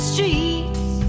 Streets